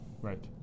Right